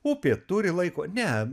upė turi laiko ne